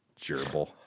gerbil